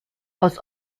aus